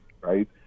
right